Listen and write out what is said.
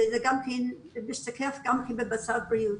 וזה גם כן משתקף במצב הבריאותי.